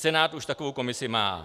Senát už takovou komisi má.